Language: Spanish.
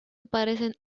aparecen